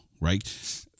right